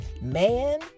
man